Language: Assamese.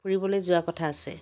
ফুৰিবলৈ যোৱা কথা আছে